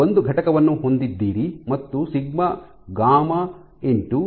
ನೀವು ಒಂದು ಘಟಕವನ್ನು ಹೊಂದಿದ್ದೀರಿ ಮತ್ತು ಸಿಗ್ಮಾ ಗಾಮಾ γ